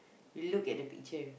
look at the picture